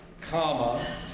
comma